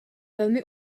velmi